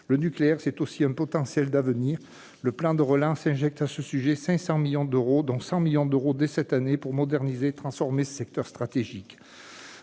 Le nucléaire, c'est aussi un potentiel d'avenir. Le plan de relance y injectera d'ailleurs 500 millions d'euros, dont 100 millions d'euros dès cette année pour moderniser et transformer ce secteur stratégique.